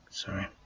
Sorry